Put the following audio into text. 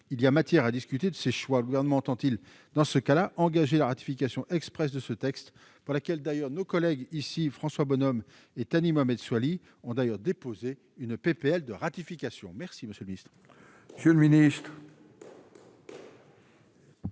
il y a matière à discuter de ces choix, le gouvernement entend-il dans ce cas-là, engager la ratification Express de ce texte, pour laquelle d'ailleurs nos collègues ici François Bonhomme et Thani Mohamed Soilihi ont d'ailleurs déposé une PPL de ratification, merci monsieur le ministre. Monsieur le Ministre.